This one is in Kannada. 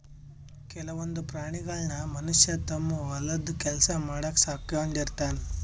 ಕೆಲವೊಂದ್ ಪ್ರಾಣಿಗಳನ್ನ್ ಮನಷ್ಯ ತಮ್ಮ್ ಹೊಲದ್ ಕೆಲ್ಸ ಮಾಡಕ್ಕ್ ಸಾಕೊಂಡಿರ್ತಾನ್